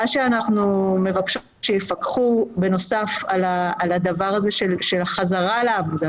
אנחנו מבקשות שבנוסף יפקחו על הדבר של חזרה לעבודה,